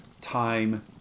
time